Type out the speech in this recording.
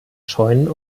scheuen